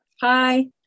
Hi